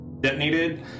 detonated